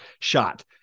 shot